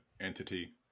entity